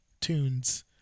tunes